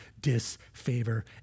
disfavor